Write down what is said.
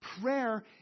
Prayer